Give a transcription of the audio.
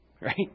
right